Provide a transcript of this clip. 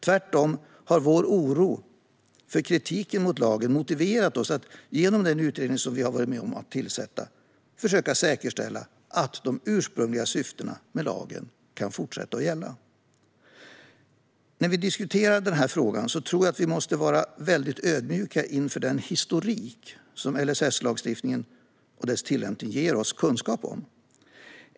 Tvärtom har vår oro för kritiken mot lagen motiverat oss att genom den utredning vi har varit med om att tillsätta försöka säkerställa att det ursprungliga syftet med lagen kan fortsätta att gälla. När vi diskuterar den här frågan måste vi vara väldigt ödmjuka inför den historik som LSS-lagstiftningen och dess tillämpning ger oss kunskap om.